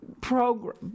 program